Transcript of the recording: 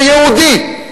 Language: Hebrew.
כיהודי,